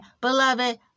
beloved